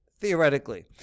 Theoretically